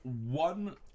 one